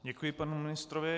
Děkuji panu ministrovi.